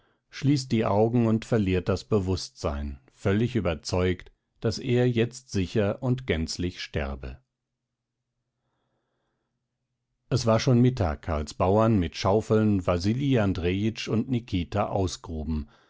schließt die augen und verliert das bewußtsein völlig überzeugt daß er jetzt sicher und gänzlich sterbe es war schon mittag als bauern mit schaufeln wasili andrejitsch und nikita ausgruben